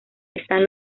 están